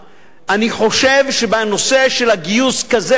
אני חושב שבנושא של הגיוס, כזה או אחר,